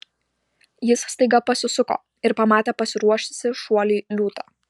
jis staiga pasisuko ir pamatė pasiruošusį šuoliui liūtą